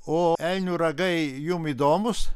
o elnių ragai jum įdomūs